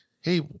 hey